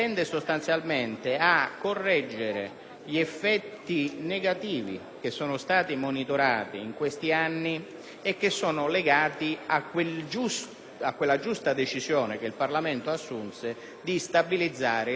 gli effetti negativi che sono stati monitorati in questi anni e che sono legati a quella giusta decisione che il Parlamento assunse di stabilizzare il regime carcerario del 41-*bis*.